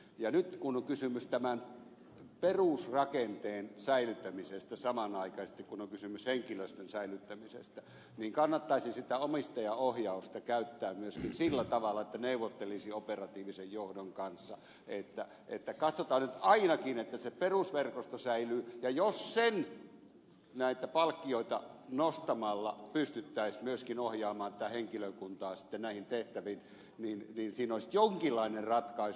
ja nyt kun on kysymys tämän perusrakenteen säilyttämisestä samanaikaisesti kun on kysymys henkilöstön säilyttämisestä niin kannattaisi sitä omistajaohjausta käyttää myöskin sillä tavalla että neuvottelisi operatiivisen johdon kanssa että katsotaan nyt ainakin että se perusverkosto säilyy ja jos sen palkkioita nostamalla pystyttäisiin myöskin ohjaamaan tätä henkilökuntaa sitten näihin tehtäviin niin siinä olisi jonkinlainen ratkaisu